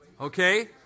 Okay